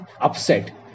upset